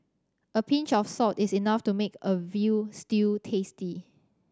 a pinch of salt is enough to make a veal stew tasty